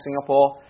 Singapore